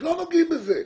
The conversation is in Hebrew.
אז לא נוגעים בזה.